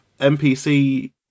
NPC